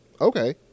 Okay